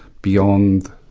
beyond